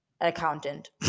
Accountant